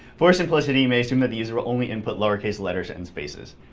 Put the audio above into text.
for simplicity, you may assume that the user will only input lowercase letters and spaces.